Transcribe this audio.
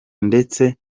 ndetse